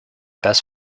best